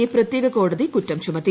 A പ്രത്യേക കോടതി കുറ്റം ചുമത്തി